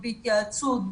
בהתייעצות,